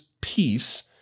peace